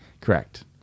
correct